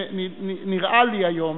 נראה לי היום